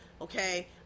okay